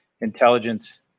intelligence